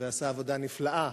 ועשה עבודה נפלאה,